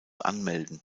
anmelden